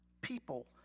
people